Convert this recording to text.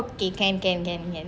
ok can can can